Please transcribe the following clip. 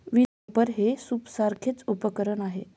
विनओवर हे सूपसारखेच उपकरण आहे